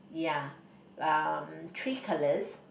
ya um three colours